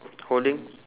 holding